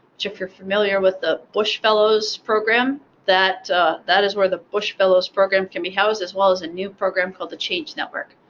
if you're familiar with the bush fellows program, that that is where the bush fellows program can be housed, as well as a new program called the change network.